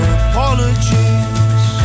apologies